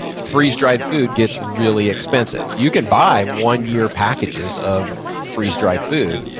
freeze-dried food gets really expensive. you can buy one-year packages of freeze-dried food,